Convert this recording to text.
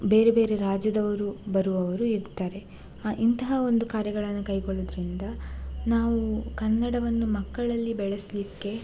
ಬೇರೆ ಬೇರೆ ರಾಜ್ಯದವರು ಬರುವವರೂ ಇದ್ದಾರೆ ಇಂತಹ ಒಂದು ಕಾರ್ಯಗಳನ್ನು ಕೈಗೊಳ್ಳುವುದ್ರಿಂದ ನಾವು ಕನ್ನಡವನ್ನು ಮಕ್ಕಳಲ್ಲಿ ಬೆಳೆಸಲಿಕ್ಕೆ